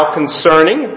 concerning